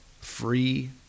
Free